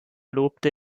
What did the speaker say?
lobte